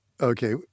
Okay